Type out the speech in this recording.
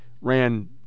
Ran